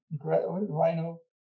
Rhino